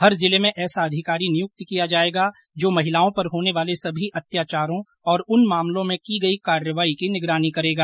हर जिले में ऐसा अधिकारी नियुक्त किया जायेगा जो महिलाओं पर होने वाले सभी अत्याचारों और उन मामलों में की गई कार्रवाई की निगरानी करेगा